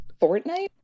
Fortnite